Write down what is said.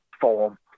form